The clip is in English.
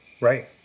Right